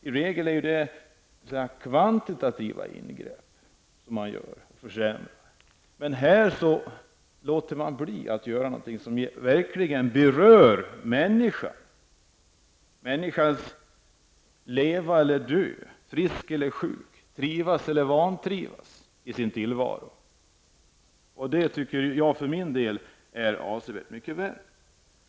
I regel rör det sig om kvantitativa ingrepp där man försämrar, men i det här fallet låter man bli att göra något som verkligen berör människor. Det är avgörande för människans liv eller död, hälsa eller ohälsa och trivsel eller vantrivsel i tillvaron. Därför tycker jag att det här är avsevärt mycket värre.